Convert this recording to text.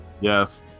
yes